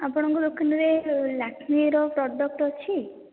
ଆପଣଙ୍କ ଦୋକାନରେ ଲାକ୍ମିର ପ୍ରଡକ୍ଟ ଅଛି